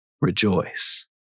rejoice